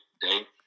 Day